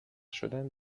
شدن